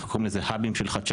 אנחנו קוראים לזה האבים של חדשנות,